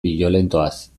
biolentoaz